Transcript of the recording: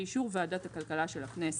באישור ועדת הכלכלה של הכנסת,